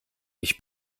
mich